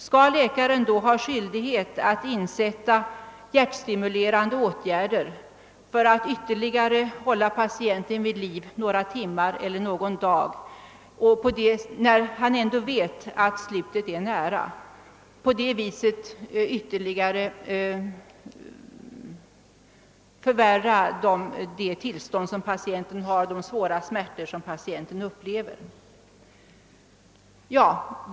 Skall läkaren då ha skyldighet att insätta hjärtstimulerande åtgärder för att ytterligare hålla patienten vid liv några timmar eller någon dag, när läkaren ändå vet att slutet är nära och att han på det sättet bara ytterligare förlänger de svåra smärtor som patienten upplever?